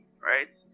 right